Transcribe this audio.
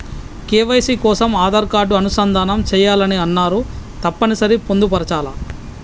KYC కోసం Aadhaar card అనుసంధానం చేయాలని అన్నరు తప్పని సరి పొందుపరచాలా?